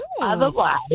Otherwise